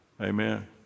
Amen